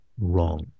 wrong